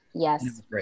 Yes